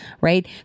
right